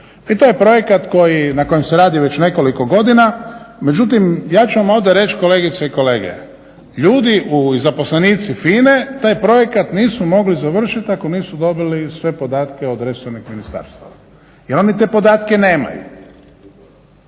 I to je projekat na kojem se radi već nekoliko godina. Međutim, ja ću vam ovdje reći kolegice i kolege ljudi i zaposlenici FINA-e taj projekat nisu mogli završiti ako nisu dobili sve podatke od resornih ministarstava. I oni te podatke nemaju.